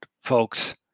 folks